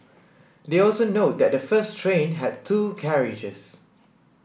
they also note that the first train had two carriages